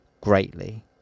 greatly